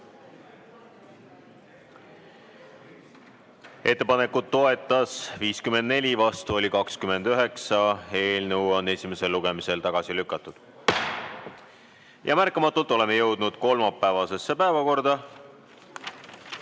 Ettepanekut toetas 54, vastu oli 29. Eelnõu on esimesel lugemisel tagasi lükatud. Märkamatult oleme jõudnud kolmapäevase päevakorra